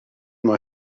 mae